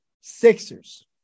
Sixers